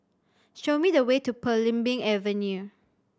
show me the way to Belimbing Avenue